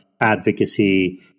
advocacy